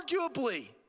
arguably